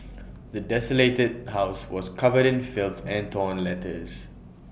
the desolated house was covered in filth and torn letters